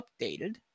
updated